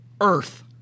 earth